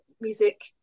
music